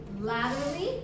laterally